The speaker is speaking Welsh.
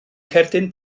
cerdyn